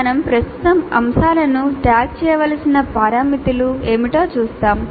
మేము ప్రస్తుతం అంశాలను ట్యాగ్ చేయవలసిన పారామితులు ఏమిటో చూస్తాము